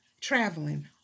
traveling